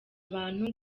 abantu